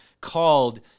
called